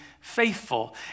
faithful